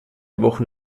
wochen